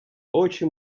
очі